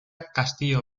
castillo